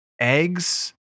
eggs